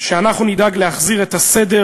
שאנחנו נדאג להחזיר את הסדר